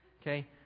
Okay